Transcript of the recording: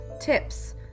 tips